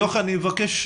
יוכי,